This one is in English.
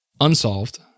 unsolved